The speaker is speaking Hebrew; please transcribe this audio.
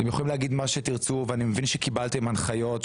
אתם יכולים להגיד מה שתרצו ואני מבין שקיבלתם הנחיות,